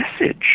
message